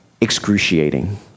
excruciating